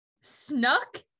snuck